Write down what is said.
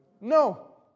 No